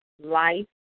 Life